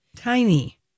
Tiny